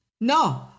No